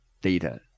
data